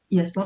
Yes